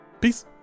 peace